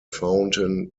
fountain